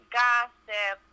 gossip